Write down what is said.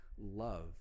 Love